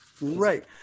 Right